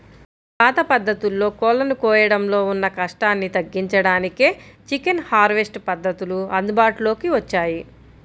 పాత పద్ధతుల్లో కోళ్ళను కోయడంలో ఉన్న కష్టాన్ని తగ్గించడానికే చికెన్ హార్వెస్ట్ పద్ధతులు అందుబాటులోకి వచ్చాయి